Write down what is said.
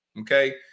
Okay